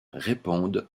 répandent